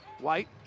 White